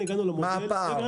מה הפער?